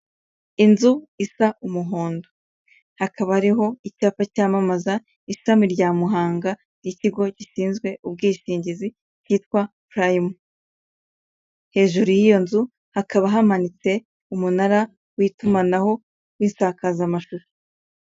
Inzu isa umuhondo hakaba hariho icyapa cyamamaza ishami rya Muhanga ry'ikigo gishinzwe ubwishingizi kitwa purayime hejuru y'iyo nzu hakaba hamanitse umunara w'itumanaho w'insakazamashusho.